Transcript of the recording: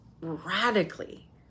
radically